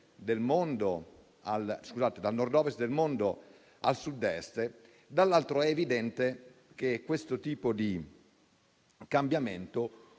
dal Nord-Ovest del mondo al Sud-Est, dall'altro è evidente che questo tipo di cambiamento